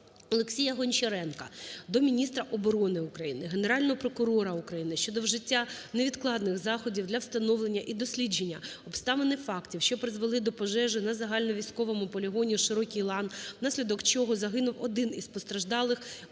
ОлексіяГончаренка до міністра оборони України, Генерального прокурора України щодо вжиття невідкладних заходів для встановлення і дослідження обставин і фактів, що призвели до пожежі на загальновійськовому полігоні "Широкий лан", внаслідок чого загинув один та постраждали